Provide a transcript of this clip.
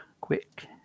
Quick